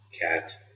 Cat